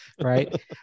Right